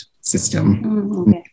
system